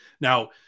Now